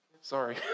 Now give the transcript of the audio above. Sorry